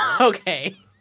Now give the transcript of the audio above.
Okay